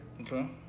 Okay